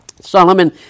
Solomon